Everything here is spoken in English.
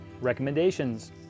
recommendations